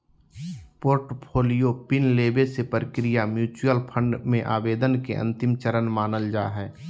portfolio pin लेबे के प्रक्रिया म्यूच्यूअल फंड मे आवेदन के अंतिम चरण मानल जा हय